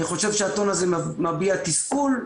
אני חושב שהטון הזה מביע תסכול,